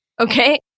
okay